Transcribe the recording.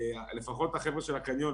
לפחות החבר'ה של הקניון,